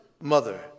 mother